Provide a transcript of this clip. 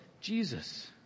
Jesus